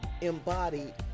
embodied